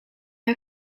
are